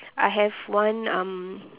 I have one um